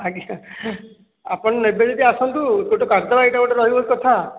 ଆଜ୍ଞା ଆପଣ ନେବେ ଯଦି ଆସନ୍ତୁ ଗୋଟେ କାଟିଦେବା ଏଇଟା ରହିବ କଥା